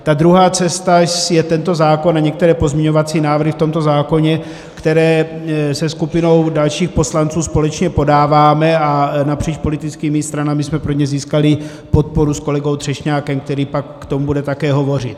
Ta druhá cesta je tento zákon a některé pozměňovací návrhy v tomto zákoně, které se skupinou dalších poslanců společně podáváme, a napříč politickými stranami jsme pro ně získali podporu s kolegou Třešňákem, který pak k tomu bude také hovořit.